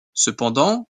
cependant